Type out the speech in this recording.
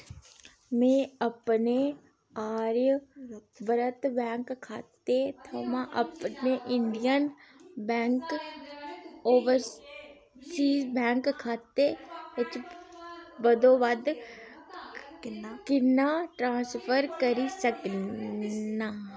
में अपने आर्यव्रत बैंक खाते थमां अपने इंडियन बैंक ओवरसीज बैंक खाते च बद्धोबद्ध किन्ना किन्ना ट्रांसफर करी सकनां